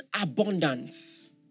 abundance